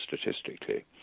statistically